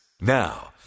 Now